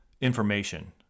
information